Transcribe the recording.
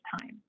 time